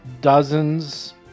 dozens